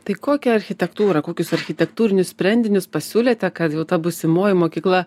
tai kokią architektūrą kokius architektūrinius sprendinius pasiūlėte kad jau ta būsimoji mokykla